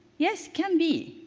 yes, can be.